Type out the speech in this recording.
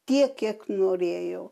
tiek kiek norėjau